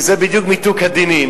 כי זה בדיוק מיתוק הדינים,